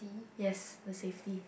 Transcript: yes the safety